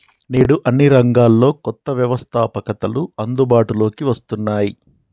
నేడు అన్ని రంగాల్లో కొత్త వ్యవస్తాపకతలు అందుబాటులోకి వస్తున్నాయి